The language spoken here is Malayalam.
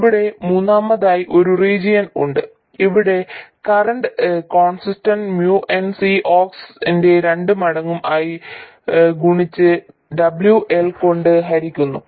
ഇവിടെ മൂന്നാമതായി ഒരു റീജിയൻ ഉണ്ട് ഇവിടെ current constant mu n C ox ന്റെ 2 മടങ്ങും ആയി ഗുണിച് W L കൊണ്ട് ഹരിക്കുന്നു